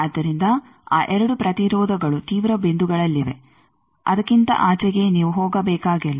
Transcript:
ಆದ್ದರಿಂದ ಆ 2 ಪ್ರತಿರೋಧಗಳು ತೀವ್ರ ಬಿಂದುಗಳಲ್ಲಿವೆ ಅದಕ್ಕಿಂತ ಆಚೆಗೆ ನೀವು ಹೋಗಬೇಕಾಗಿಲ್ಲ